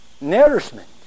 nourishment